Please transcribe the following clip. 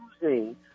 using